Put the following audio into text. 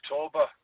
October